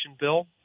bill